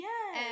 Yes